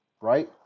Right